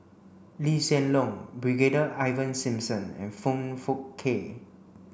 Lee Hsien Loong Brigadier Ivan Simson and Foong Fook Kay